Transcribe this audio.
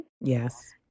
Yes